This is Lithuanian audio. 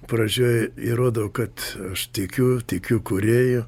pradžioj įrodau kad aš tikiu tikiu kūrėju